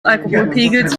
alkoholpegels